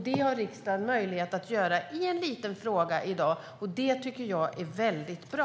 Det har riksdagen i dag möjlighet att göra i en liten fråga, och det tycker jag är väldigt bra.